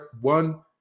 one